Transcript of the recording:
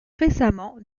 récemment